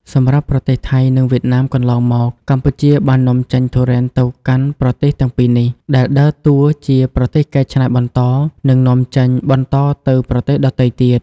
សម្រាប់ប្រទេសថៃ និងវៀតណាមកន្លងមក កម្ពុជាបាននាំចេញទុរេនទៅកាន់ប្រទេសទាំងពីរនេះ ដែលដើរតួជាប្រទេសកែច្នៃបន្ត និងនាំចេញបន្តទៅប្រទេសដទៃទៀត។